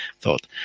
thought